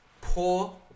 Poor